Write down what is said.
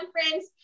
Conference